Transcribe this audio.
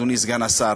אדוני סגן השר,